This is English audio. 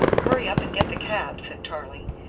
hurry up and get the cab! said tarling,